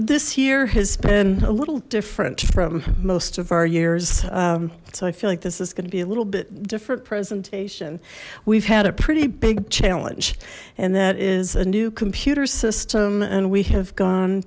this year has been a little different from most of our years so i feel like this is going to be a little bit different presentation we've had a pretty big challenge and that is a new computer system and we have gone